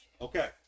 Okay